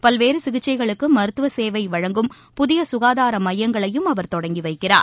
பல்வேறு சிகிச்சைகளுக்கு மருத்துவசேவை வழங்கும் புதிய ககாதார மையங்களையும் அவர் தொடங்கி வைக்கிறார்